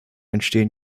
entstehen